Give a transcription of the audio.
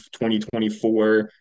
2024